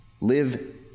live